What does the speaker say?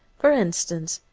for instance,